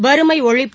வறுமை ஒழிப்பு